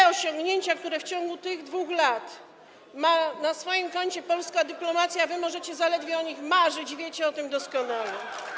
O osiągnięciach, które w ciągu tych 2 lat ma na swoim koncie polska dyplomacja, wy możecie zaledwie marzyć i wiecie o tym doskonale.